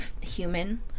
human